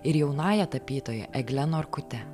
ir jaunąja tapytoja egle norkute